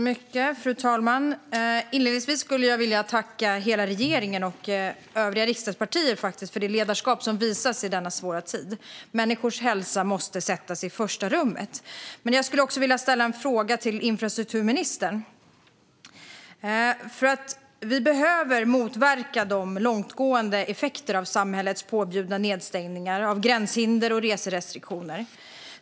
Fru talman! Inledningsvis skulle jag vilja tacka hela regeringen och övriga riksdagspartier för det ledarskap som visas i denna svåra tid. Människors hälsa måste sättas i första rummet. Men jag skulle också vilja ställa en fråga till infrastrukturministern. Vi behöver motverka de långtgående effekterna av de påbjudna nedstängningarna av samhället med gränshinder och reserestriktioner.